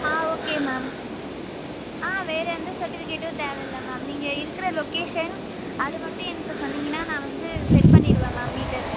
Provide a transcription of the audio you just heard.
ஆ okay ma'am ஆ வேறு எந்த சர்டிபிகேட்டும் தேவை இல்லை மேம் நீங்கள் இருக்கிற லொக்கேஷன் அது மட்டும் எனக்கு சொன்னிங்கன்னா நான் வந்து செட் பண்ணிவிடுவேன் மேம் மீட்டர்